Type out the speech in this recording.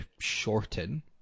shorten